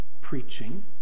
preaching